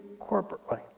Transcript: corporately